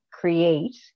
create